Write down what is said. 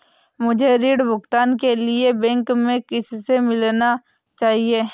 मुझे ऋण भुगतान के लिए बैंक में किससे मिलना चाहिए?